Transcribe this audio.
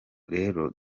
rero